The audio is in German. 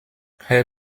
herr